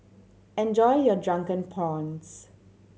enjoy your Drunken Prawns